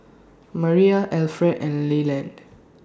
Mariah Alferd and Leland